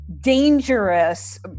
dangerous